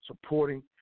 supporting